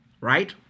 right